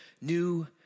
new